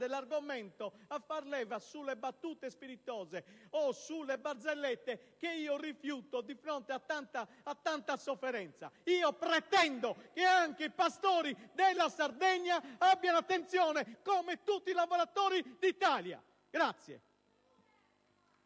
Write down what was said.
colleghi che facevano leva su battute spiritose o su barzellette, che rifiuto di fronte a tanta sofferenza. Io pretendo che anche i pastori della Sardegna ricevano attenzione come tutti i lavoratori d'Italia.